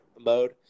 mode